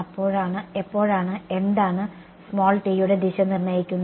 എപ്പോഴാണ് എന്താണ് t യുടെ ദിശ നിർണ്ണയിക്കുന്നത്